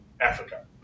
Africa